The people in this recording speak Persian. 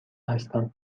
هستم